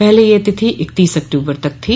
पहले यह तिथि इकतीस अक्टूबर तक थी